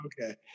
Okay